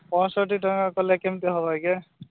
ପଞ୍ଚଷଠି ଟଙ୍କା କଲେ କେମିତି ହେବ ଆଜ୍ଞା